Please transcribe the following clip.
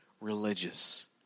religious